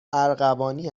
ارغوانی